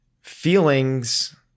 Feelings